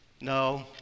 no